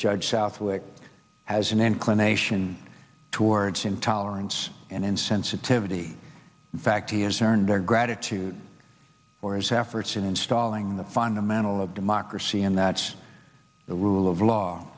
judge southwick has an inclination towards intolerance and in sensitivity in fact he has earned their gratitude for his halfords in installing the fundamental of democracy and that's the rule of law